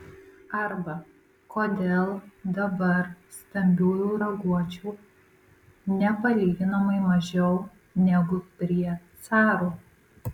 arba kodėl dabar stambiųjų raguočių nepalyginamai mažiau negu prie caro